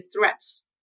threats